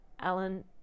Alan